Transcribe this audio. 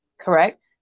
correct